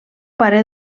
pare